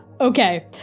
Okay